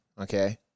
okay